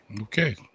Okay